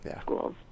schools